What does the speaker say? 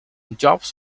jobs